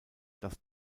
das